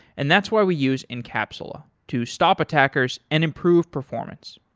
and that's why we use encapsula to stop attackers and improve performance.